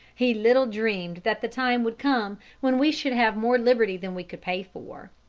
he little dreamed that the time would come when we should have more liberty than we could pay for.